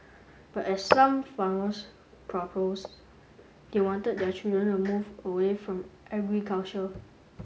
but as some farmers proposed they wanted their children to move away from agriculture